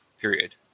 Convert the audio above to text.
period